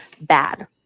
bad